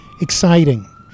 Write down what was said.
exciting